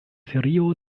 serio